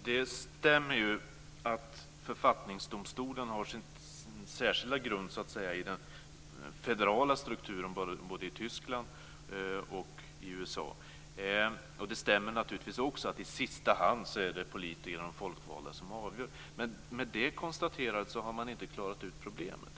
Fru talman! Det stämmer att författningsdomstolen har sin särskilda grund i den federala strukturen både i Tyskland och i USA. Det stämmer naturligtvis också att det i sista hand är politikerna, de folkvalda, som avgör. Men med det konstaterandet har man inte klarat ut problemet.